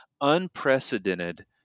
unprecedented